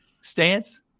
stance